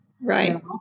Right